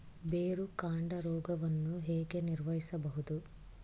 ಬೇರುಕಾಂಡ ರೋಗವನ್ನು ಹೇಗೆ ನಿರ್ವಹಿಸಬಹುದು?